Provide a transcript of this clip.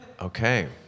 Okay